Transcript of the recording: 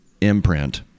imprint